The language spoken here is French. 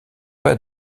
pas